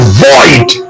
void